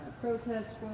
protest